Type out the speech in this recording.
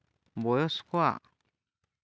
ᱵᱚᱭᱚᱥ ᱠᱚᱣᱟᱜ